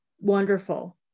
wonderful